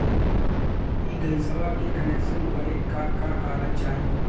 इ गइसवा के कनेक्सन बड़े का का कागज चाही?